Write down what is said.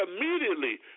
immediately